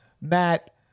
Matt